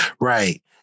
Right